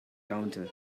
counter